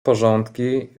porządki